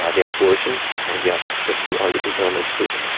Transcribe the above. ah they are versioned and you have access to all the internal state.